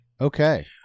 Okay